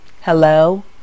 Hello